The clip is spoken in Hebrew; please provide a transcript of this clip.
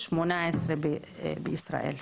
18% בישראל.